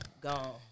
gone